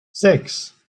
sechs